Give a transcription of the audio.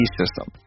system